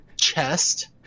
chest